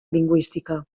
lingüística